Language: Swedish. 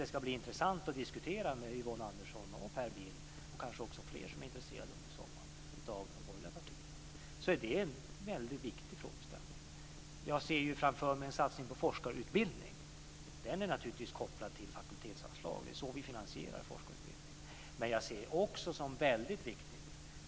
Den ska bli intressant att diskutera under sommaren med Yvonne Andersson och Per Bill, och kanske också fler av de borgerliga partierna är intresserade. Det är en väldigt viktig frågeställning. Jag ser framför mig en satsning på forskarutbildning. Den är naturligtvis kopplad till fakultetsanslag. Det är så vi finansierar forskarutbildning.